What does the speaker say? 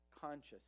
conscious